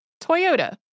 Toyota